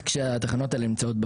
כשהתחנות האלה נמצאות,